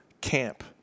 camp